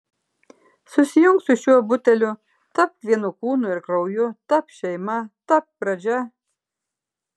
susijunk su šiuo buteliu tapk vienu kūnu ir krauju tapk šeima tapk pradžia